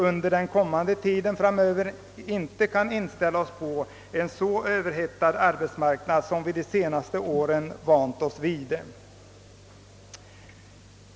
Under den kommande tiden kan vi säkerligen inte inställa oss på en så överhettad arbetsmarknad som vi under de senaste åren har vant oss vid.